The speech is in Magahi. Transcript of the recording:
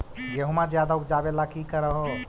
गेहुमा ज्यादा उपजाबे ला की कर हो?